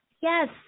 yes